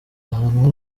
ahantu